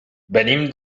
venim